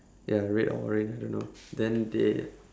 ya red or orange I don't know then they